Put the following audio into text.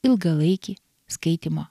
ilgalaikį skaitymo